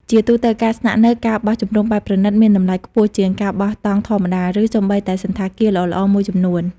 ជាទូទៅ ការស្នាក់នៅ ការបោះជំរំបែបប្រណីត មានតម្លៃខ្ពស់ជាងការបោះតង់ធម្មតា ឬសូម្បីតែសណ្ឋាគារល្អៗមួយចំនួន។